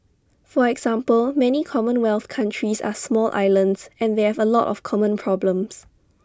for example many common wealth countries are small islands and they have A lot of common problems